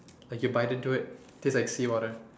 like you can bite into it tastes like seawater